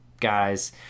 guys